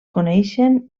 coneixien